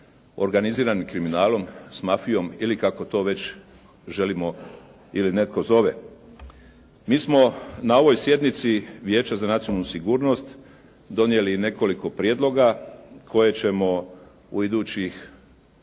organiziranim kriminalom, s mafijom ili kako to već želimo ili netko zove. Mi smo na ovoj sjednici Vijeća za nacionalnu sigurnost donijeli nekoliko prijedloga koje ćemo u idućih